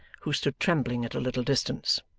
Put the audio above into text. who stood trembling at a little distance.